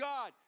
God